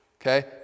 Okay